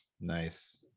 nice